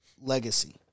legacy